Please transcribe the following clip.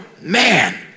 man